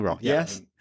yes